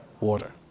Water